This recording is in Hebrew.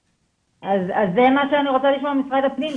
אז זה מה שאני רוצה לשמוע ממשרד הפנים,